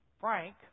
Frank